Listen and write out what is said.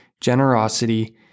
generosity